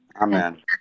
Amen